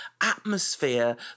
atmosphere